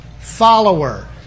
follower